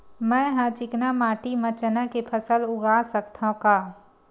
मै ह चिकना माटी म चना के फसल उगा सकथव का?